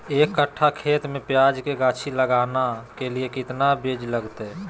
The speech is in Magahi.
एक कट्ठा खेत में प्याज के गाछी लगाना के लिए कितना बिज लगतय?